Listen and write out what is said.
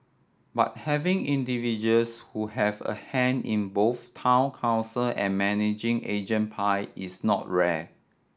but having individuals who have a hand in both Town Council and managing agent pie is not rare